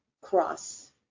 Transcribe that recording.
cross